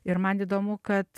ir man įdomu kad